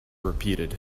repeated